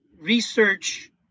research